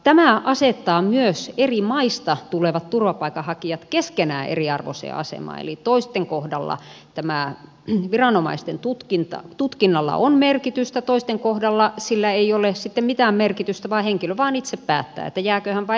tämä asettaa myös eri maista tulevat turvapaikanhakijat keskenään eriarvoiseen asemaan eli toisten kohdalla tällä viranomaisten tutkinnalla on merkitystä toisten kohdalla sillä ei ole sitten mitään merkitystä vaan henkilö vain itse päättää jääkö hän vai lähteekö hän